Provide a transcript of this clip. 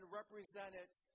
represented